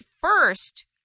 first